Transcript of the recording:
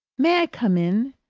may i come in?